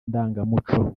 ndangamuco